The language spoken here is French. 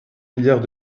milliards